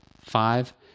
Five